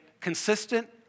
consistent